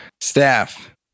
staff